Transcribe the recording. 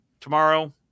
Tomorrow